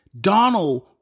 Donald